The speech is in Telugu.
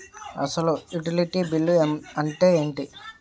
అసలు యుటిలిటీ బిల్లు అంతే ఎంటి?